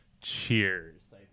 Cheers